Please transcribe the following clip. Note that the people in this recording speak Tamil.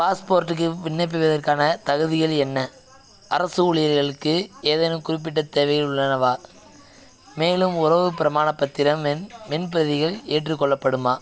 பாஸ்போர்ட்டுக்கு விண்ணப்பிப்பதற்கான தகுதிகள் என்ன அரசு ஊழியர்களுக்கு ஏதேனும் குறிப்பிட்ட தேவைகள் உள்ளனவா மேலும் உறவு பிரமாணப் பத்திரம் மென் மென் பிரதிகள் ஏற்றுக்கொள்ளப்படுமா